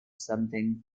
something